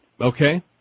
Okay